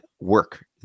work